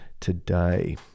today